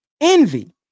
envy